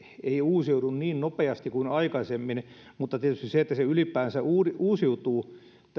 ei uusiudu niin nopeasti kuin aikaisemmin mutta tietysti sekin että se ylipäänsä uusiutuu